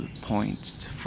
points